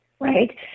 right